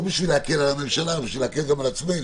לא כדי להקל על הממשלה אלא כדי להקל על עצמנו